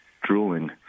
drooling